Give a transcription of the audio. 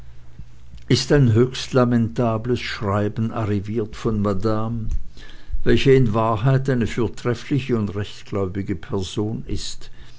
ist ein höchst lamentables schreiben arriviret von madame welche in wahrheit eine fürtreffliche und rechtgläubige person ist